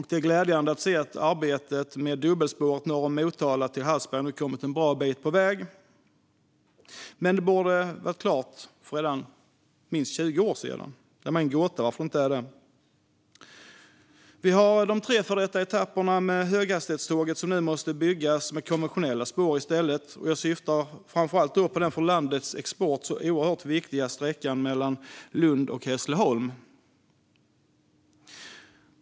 Det är glädjande att se att arbetet med dubbelspåret norr om Motala till Hallsberg nu kommit en bra bit på väg. Men det borde ha varit klart redan för minst 20 år sedan. Att det inte är det är för mig en gåta. Vi har de tre före detta etapperna för höghastighetståget som nu måste byggas med konventionella spår i stället. Jag syftar framför allt på den för landets export oerhört viktiga sträckan mellan Lund och Hässleholm.